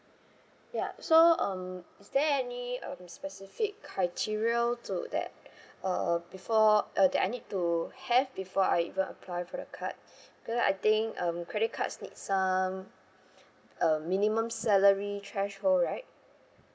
ya so um is there any um specific criteria to that uh before uh that I need to have before I even apply for the card because I think um credit cards need some um minimum salary threshold right